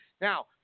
Now